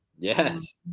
Yes